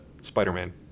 Spider-Man